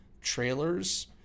trailers